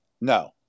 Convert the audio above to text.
No